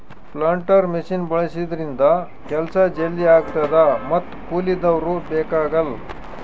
planter machine ಬಳಸಿದ್ರಿಂದ ಕೆಲ್ಸ ಜಲ್ದಿ ಆಗ್ತದ ಮತ್ತ್ ಕೂಲಿದವ್ರು ಬೇಕಾಗಲ್